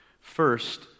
First